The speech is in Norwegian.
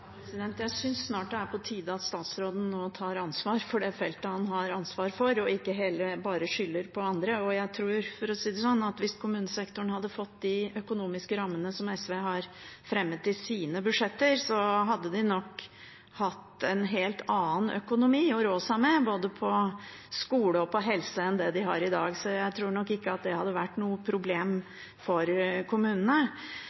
Jeg synes snart det er på tide at statsråden tar ansvar for det feltet han har ansvar for, og ikke bare skylder på andre. Jeg tror, for å si det sånn, at hvis kommunesektoren hadde fått de økonomiske rammene som SV har fremmet forslag om i sine budsjetter, hadde den nok hatt en helt annen økonomi å rå seg med både på skole og på helse enn det den har i dag, så jeg tror nok ikke at det hadde vært noe